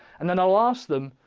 and then i'll ask them,